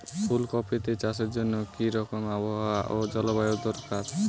ফুল কপিতে চাষের জন্য কি রকম আবহাওয়া ও জলবায়ু দরকার?